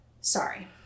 Sorry